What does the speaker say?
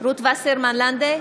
רות וסרמן לנדה,